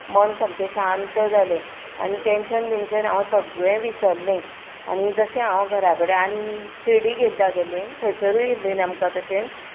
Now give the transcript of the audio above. मन सामकें शांत जालें आनी टेंशन बिंशन हांव सगलें विसरलें आनी जशे हांव घरा कडेन आनीक शिरडीक एकदां गेलें थंयसरूय बीन आमकां तशेंच